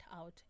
out